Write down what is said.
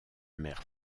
mère